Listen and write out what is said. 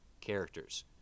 characters